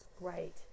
Right